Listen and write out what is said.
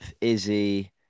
Izzy